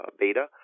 beta